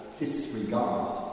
disregard